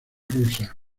rusa